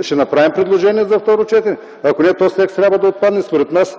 Ще направим предложение за второ четене. Ако не, този текст трябва да отпадне според нас.